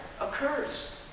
occurs